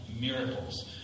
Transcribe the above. miracles